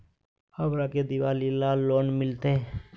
हमरा के दिवाली ला लोन मिलते?